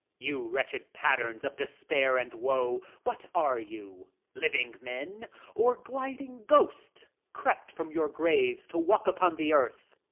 you wretched patterns of despair and woe, what are you, living men or gliding ghosts, crept from your graves to walk upon the earth?